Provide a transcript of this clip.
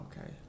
Okay